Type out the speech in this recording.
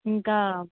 ఇంకా